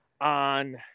On